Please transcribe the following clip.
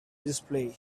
display